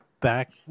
back